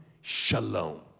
shalom